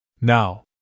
Now